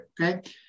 Okay